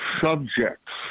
subjects